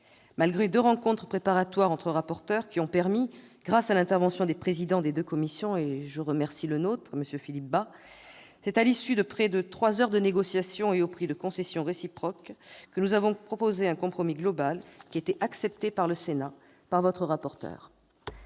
Malgré deux rencontres préparatoires entre rapporteurs qui ont permis, grâce à l'intervention des présidents des deux commissions- et je remercie le nôtre, M. Philippe Bas -, à l'issue de près de trois heures de négociation, et au prix de concessions réciproques, de proposer un compromis global accepté par le Sénat et votre rapporteur,